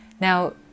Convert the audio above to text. Now